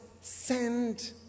send